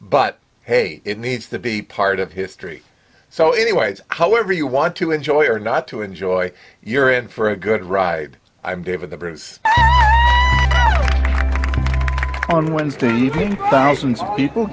but hey it needs to be part of history so anyway however you want to enjoy or not to enjoy you're in for a good ride i'm david the bruise on wednesday evening thousands of people